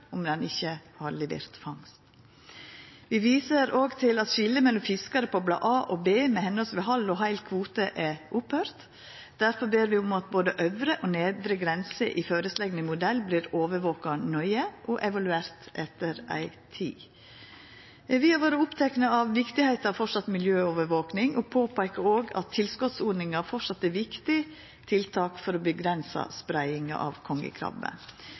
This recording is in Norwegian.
om ein ikkje har levert fangst. Vi viser òg til at skiljet mellom fiskarar på blad A og B med høvesvis halv og heil kvote er slutt. Derfor ber vi om at øvre og nedre grense i den føreslegne modellen vert nøye overvaka og evaluert etter ei tid. Vi har vore opptekne av at det er viktig med miljøovervaking, og vi peikar også på at tilskotsordninga framleis er eit viktig tiltak for å avgrensa spreiinga av kongekrabbe.